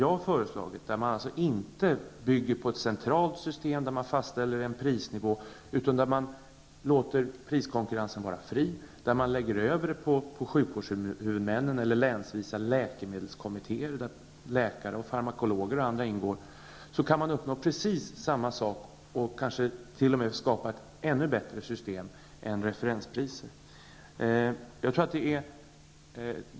Mitt förslag går ut på att man inte skall ha ett centralt system där man fastställer en prisnivå, utan man låter priskonkurrensen vara fri och lägger över detta på sjukvårdshuvudmännen eller länsvisa läkemedelskommittéer, där läkare och farmakologer ingår. På detta sätt kan man uppnå precis samma sak och kanske skapa ett ännu bättre system än referensprissystemet.